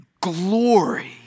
glory